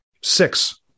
Six